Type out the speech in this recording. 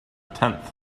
tenth